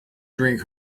drink